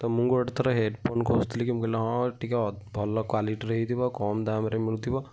ତ ମୁଁ ଗୋଟେ ଥର ହେଡ଼ଫୋନ୍ ଖୋଜୁଥିଲି କି ମୁଁ କହିଲି ହଁ ଟିକେ ଭଲ କ୍ଵାଲିଟିର ହେଇଥିବ କମ୍ ଦାମରେ ମିଳୁଥିବ